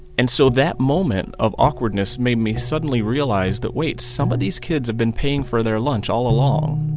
and so that moment of awkwardness made me suddenly realize that, wait some of these kids have been paying for their lunch all along,